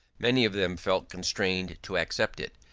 many of them felt constrained to accept it,